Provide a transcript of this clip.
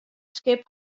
skip